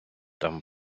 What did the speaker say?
там